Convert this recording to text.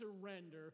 surrender